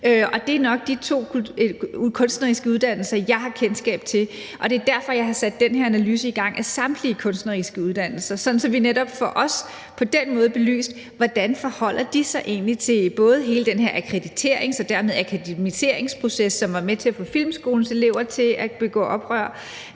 Og det er nok de to kunstneriske uddannelser, jeg har kendskab til, og det er derfor, jeg har sat den her analyse i gang af samtlige kunstneriske uddannelser, sådan at vi netop også på den måde får belyst: Hvordan forholder de sig egentlig til både hele den her akkrediteringsproces og dermed også akademiseringsproces, som var med til at få Filmskolens elever til at gøre oprør?